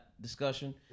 discussion